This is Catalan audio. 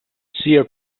siga